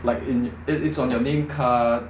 like in it it's on your name card